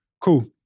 Cool